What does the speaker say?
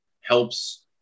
helps